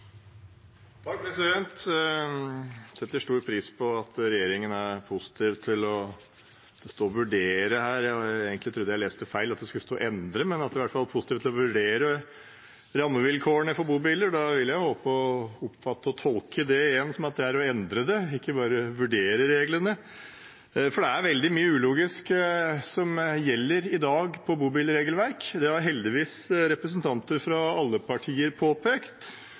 positiv til – det står «vurdere» her, jeg hadde egentlig trodd jeg leste feil og at det skulle stå «endre» – i hvert fall å vurdere rammevilkårene for bobiler. Da vil jeg håpe, oppfatte og tolke det igjen som at det er å endre reglene, ikke bare å vurdere dem, for det er veldig mye ulogisk som gjelder i dag i bobilregelverket. Det har heldigvis representanter fra alle partier påpekt.